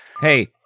Hey